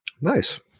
Nice